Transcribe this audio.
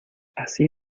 así